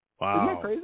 Wow